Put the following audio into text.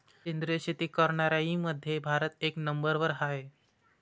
सेंद्रिय शेती करनाऱ्याईमंधी भारत एक नंबरवर हाय